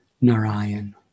Narayan